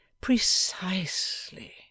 Precisely